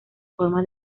forma